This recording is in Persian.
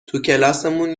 توکلاسمون